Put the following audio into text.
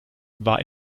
war